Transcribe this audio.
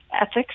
ethics